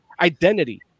identity